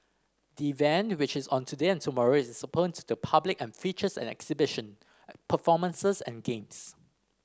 the event which is on today and tomorrow is open to the public and features an exhibition performances and games